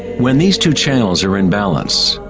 when these two channels are in balance,